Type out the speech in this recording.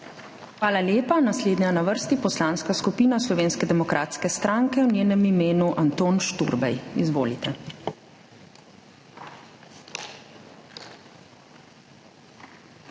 Hvala lepa. Naslednja je na vrsti Poslanska skupina Slovenske demokratske stranke, v njenem imenu Anton Šturbej. Izvolite.